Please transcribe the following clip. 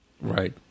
right